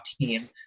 team